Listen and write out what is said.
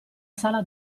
sala